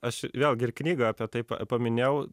aš vėlgi ir knygą apie tai paminėjau